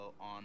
on